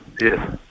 Yes